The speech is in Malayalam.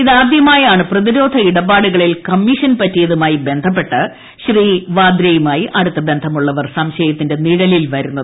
ഇതാദ്യമായാണ് പ്രതിരോധ ഇടപാടുകളിൽ കമ്മീഷൻ പറ്റിയതുമായി ബന്ധപ്പെട്ട് വദ്രയുമായി അടുത്ത ബന്ധമുള്ളവർ സംശയത്തിന്റെ നിഴലിൽ വരുന്നത്